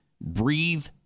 Breathe